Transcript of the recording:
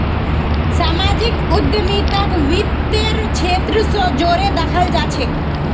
सामाजिक उद्यमिताक वित तेर क्षेत्र स जोरे दखाल जा छेक